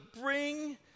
bring